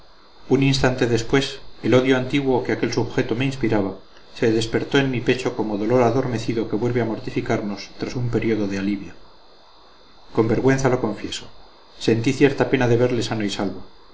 un instante después el odio antiguo que aquel sujeto me inspiraba se despertó en mi pecho como dolor adormecido que vuelve a mortificarnos tras un periodo de alivio con vergüenza lo confieso sentí cierta pena de verle sano y salvo